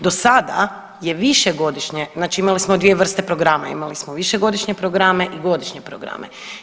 Dosada je višegodišnje, znači imali smo 2 vrste programa, imali smo višegodišnje programe i godišnje programe.